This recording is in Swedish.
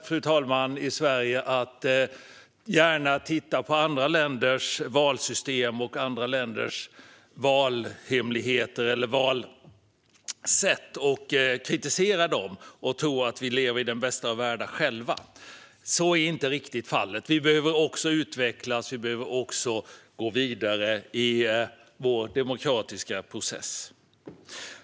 Vi har i Sverige en tendens att gärna titta på andra länders valsystem och andra länders valhemligheter eller valsätt och att kritisera dem och tro att vi lever i den bästa av världar själva. Så är inte riktigt fallet. Vi behöver också utvecklas. Vi behöver också gå vidare i vår demokratiska process.